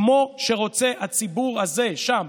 כמו שרוצה הציבור הזה שם,